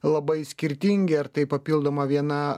labai skirtingi ar tai papildoma viena